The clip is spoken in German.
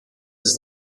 ist